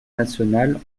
nationale